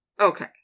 okay